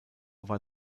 war